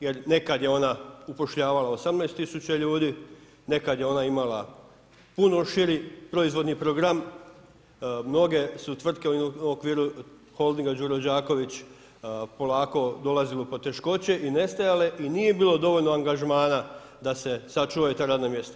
Jer nekad je ona upošljavala 18000 ljudi, nekad je ona imala puno širi proizvodni program, mnoge su tvrtke u okviru holdinga Đuro Đaković polako dolazile u poteškoće i nestajale i nije bilo dovoljno angažmana da se sačuvaju ta radna mjesta.